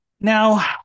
Now